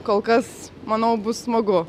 kol kas manau bus smagu